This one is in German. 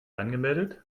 angemeldet